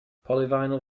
polyvinyl